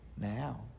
now